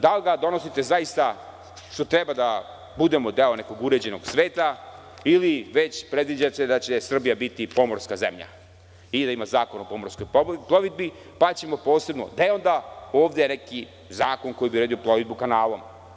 Da li ga donosite zaista što treba da budemo deo nekog uređenog sveta, ili već predviđate da će Srbija biti pomorska zemlja i da ima zakon o pomorskoj plovidbi, pa ćemo posebno ovde neki zakon koji je odredio plovidbu kanalom?